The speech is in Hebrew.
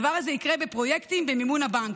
הדבר הזה יקרה בפרויקטים במימון הבנק.